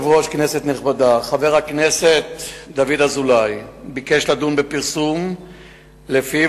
חבר הכנסת דוד אזולאי שאל את השר לביטחון פנים ביום ה'